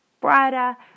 brighter